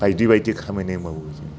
बायदि बायदि खामानि मावो